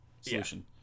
solution